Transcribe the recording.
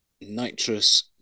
nitrous